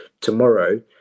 tomorrow